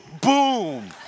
Boom